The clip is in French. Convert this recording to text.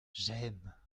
j’aime